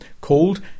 called